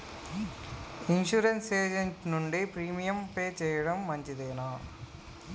Insurance agent నుండి premium pay చేయడం మంచిదేనా?